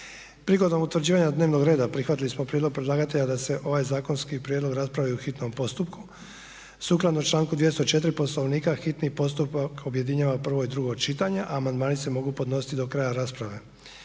Prigodom utvrđivanja dnevnog reda prihvatili smo prijedlog predlagatelja da se ovaj zakonski prijedlog raspravi u hitnom postupku. Sukladno članku 204. Poslovnika hitni postupak objedinjuje prvo i drugo čitanje a amandmani se mogu podnositi do kraja rasprave